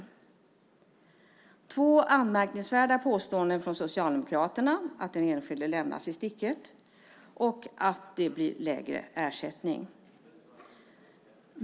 Detta är två anmärkningsvärda påståenden från Socialdemokraterna, dels att den enskilde lämnas i sticket, dels att det blir lägre ersättning.